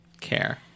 care